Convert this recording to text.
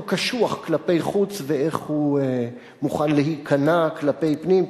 קשוח כלפי חוץ ואיך הוא מוכן להיכנע כלפי פנים,